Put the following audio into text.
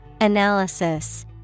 Analysis